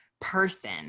person